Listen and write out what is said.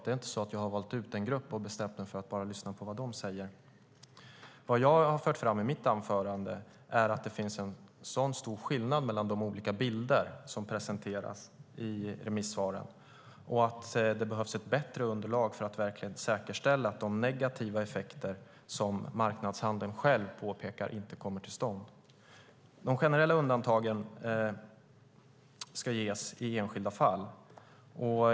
Det är inte så att jag har valt ut en grupp och bestämt mig för att bara lyssna på vad de säger. Vad jag har fört fram i mitt anförande är att det finns en sådan stor skillnad mellan de olika bilder som presenteras i remissvaren och att det behövs ett bättre underlag för att verkligen säkerställa att de negativa effekter som marknadshandeln själv påpekar inte kommer till stånd. De generella undantagen ska ges i enskilda fall.